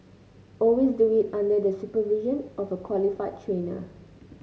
always do it under the supervision of a qualified trainer